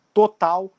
total